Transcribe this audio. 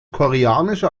koreanische